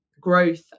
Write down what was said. Growth